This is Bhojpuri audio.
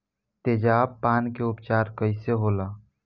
तेजाब पान के उपचार कईसे होला?